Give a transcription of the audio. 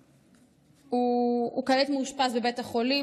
אור מאושפז כעת בבית חולים.